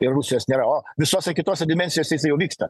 ir rusijos nėra o visose kitose dimensijose jisai jau vyksta